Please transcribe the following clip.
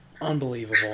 Unbelievable